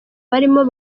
barimo